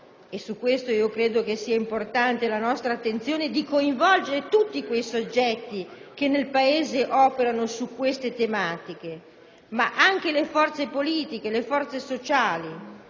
- su questo credo che sia importante la nostra attenzione - di coinvolgere tutti quei soggetti che nel Paese operano su queste tematiche, anche le forze politiche e sociali.